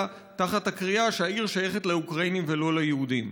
תחת הקריאה שהעיר שייכת לאוקראינים ולא ליהודים.